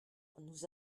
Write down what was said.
nous